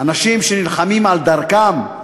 אנשים שנלחמים על דרכם,